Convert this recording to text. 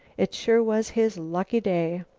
it sure was his lucky day!